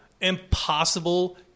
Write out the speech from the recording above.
impossible